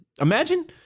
Imagine